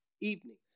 evening